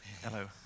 Hello